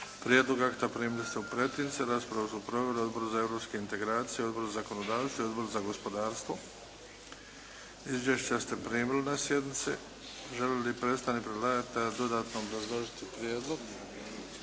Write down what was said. Prijedlog akta primili ste u pretince. Raspravu su proveli Odbor za europske integracije, Odbor za zakonodavstvo i Odbor za gospodarstvo. Izvješća ste primili na sjednici. Želi li predstavnik predlagatelja dodatno obrazložiti prijedlog?